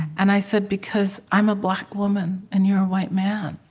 and i said, because i'm a black woman, and you're a white man.